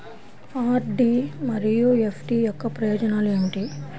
RD మరియు FD యొక్క ప్రయోజనాలు ఏమిటి?